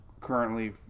currently